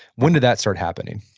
when did that start happening?